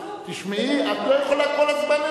בואו נוציא את רשימת ההצעות שחברי קדימה קיבלו כדי לפרק.